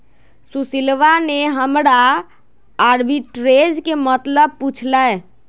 सुशीलवा ने हमरा आर्बिट्रेज के मतलब पूछ लय